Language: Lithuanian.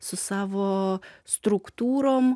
su savo struktūrom